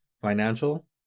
financial